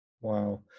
wow